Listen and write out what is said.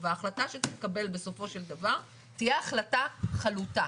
וההחלטה שתתקבל בסופו של דבר תהיה החלטה חלוטה,